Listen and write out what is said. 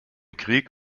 krieg